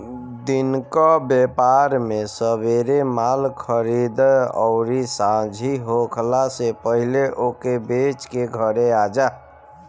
दिन कअ व्यापार में सबेरे माल खरीदअ अउरी सांझी होखला से पहिले ओके बेच के घरे आजा